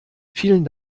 vielen